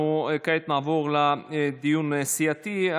כעת נעבור לדיון סיעתי.